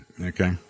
okay